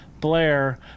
Blair